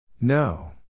No